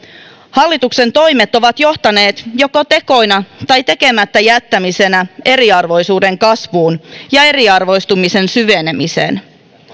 hallituksen toimet ovat johtaneet joko tekoina tai tekemättä jättämisenä eriarvoisuuden kasvuun ja eriarvoistumisen syvenemiseen